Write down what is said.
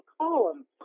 column